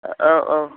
ओ औ